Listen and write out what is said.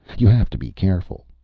you have to be careful.